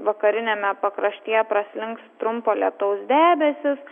vakariniame pakraštyje praslinks trumpo lietaus debesys